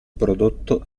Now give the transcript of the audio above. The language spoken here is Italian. prodotto